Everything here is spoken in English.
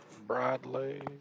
Bradley